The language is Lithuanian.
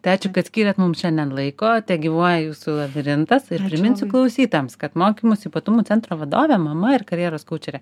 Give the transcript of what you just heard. tai ačiū kad skyrėt mums šiandien laiko tegyvuoja jūsų labirintas ir priminsiu klausytojams kad mokymosi ypatumų centro vadovė mama ir karjeros kaučerė